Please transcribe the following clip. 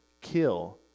Kill